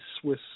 Swiss